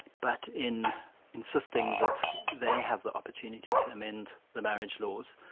but in insisting that they have the opportunity to amend the marriage laws,